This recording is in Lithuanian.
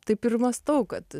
taip ir mąstau kad